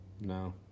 No